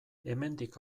hemendik